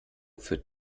für